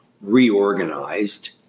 reorganized